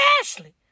Ashley